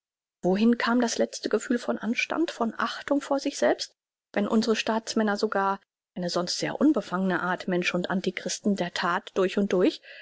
wohin kam das letzte gefühl von anstand von achtung vor sich selbst wenn unsre staatsmänner sogar eine sonst sehr unbefangne art mensch und antichristen der that durch und durch